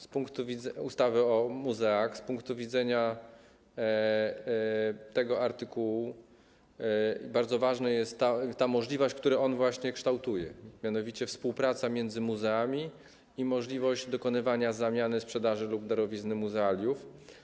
Z punktu widzenia ustawy o muzeach, z punktu widzenia tego artykułu bardzo ważna jest możliwość, którą on kształtuje, dotycząca współpracy między muzeami i możliwość dokonywania zamiany, sprzedaży lub darowizny muzealiów.